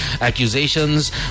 accusations